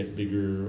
bigger